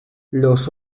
los